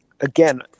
again